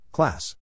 Class